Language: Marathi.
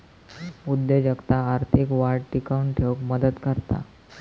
उद्योजकता आर्थिक वाढ टिकवून ठेउक मदत करता